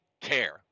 care